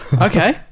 Okay